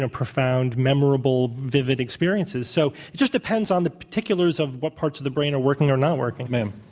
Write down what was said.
ah profound, memorable, vivid experiences. so it just depends on the particulars of what parts of the brain are working or not working.